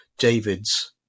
David's